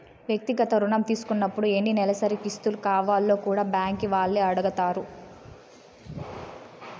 వ్యక్తిగత రుణం తీసుకున్నపుడు ఎన్ని నెలసరి కిస్తులు కావాల్నో కూడా బ్యాంకీ వాల్లే అడగతారు